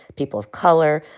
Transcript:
people of color.